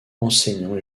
enseignant